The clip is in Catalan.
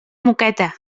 moqueta